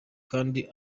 kandi